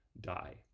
die